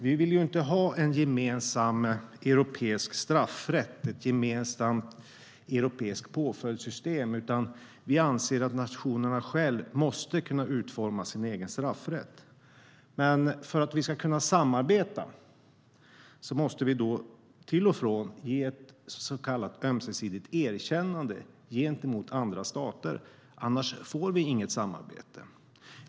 Vi vill inte ha en gemensam europeisk straffrätt, ett gemensamt europeiskt påföljdssystem, utan vi anser att varje nation själv måste kunna utforma sin egen straffrätt. Men för att vi ska kunna samarbeta måste vi till och från ge ett så kallat ömsesidigt erkännande gentemot andra stater - annars får vi inget samarbete.